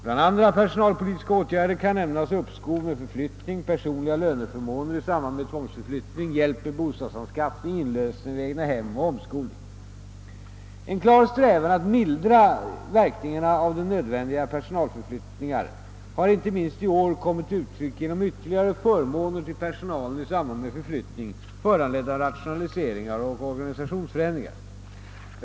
Bland andra personalpolitiska åtgärder kan nämnas uppskov med förflyttning, personliga löneförmåner i samband med tvångsförflyttning, hjälp med bostadsanskafffning, inlösen av egna hem och omskolning. En klar strävan att mildra verkningarna av nödvändiga personalförflyttningar har ej minst i år kommit till uttryck genom ytterligare förmåner till personalen i samband med förflyttning föranledd av rationaliseringar och organisationsförändringar.